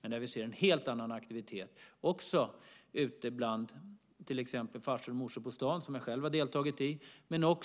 Men där ser vi en helt annan aktivitet, också bland till exempel Farsor och morsor på stan, som jag själv har deltagit i, men även